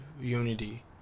unity